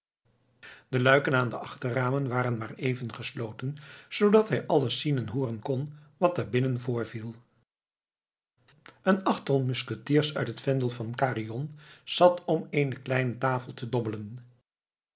de luiken aan de achterramen waren maar even gesloten zoodat hij alles zien en hooren kon wat daar binnen voorviel een achttal musketiers uit het vendel van carion zat om eene kleine tafel te dobbelen